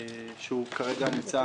שכרגע נמצא